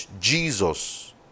Jesus